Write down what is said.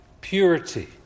purity